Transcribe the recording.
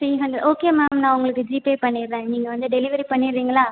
three hundred okay ma'am நான் உங்களுக்கு GPay பண்ணிடுறேன் நீங்கள் வந்து டெலிவரி பண்ணிடுறீங்களா